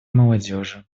молодежи